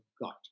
got